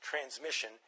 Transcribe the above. transmission